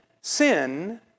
sin